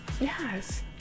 yes